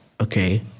Okay